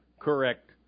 correct